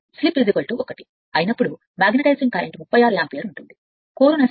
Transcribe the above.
slip 1 magnetising current 36 ampere అయినప్పుడు నిలిచి ఇప్పటికీ అర్థం